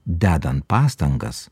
dedant pastangas